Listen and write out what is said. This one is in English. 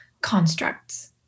constructs